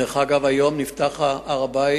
דרך אגב, היום נפתח הר-הבית